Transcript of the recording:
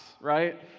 right